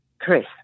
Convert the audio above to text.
Chris